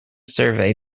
survey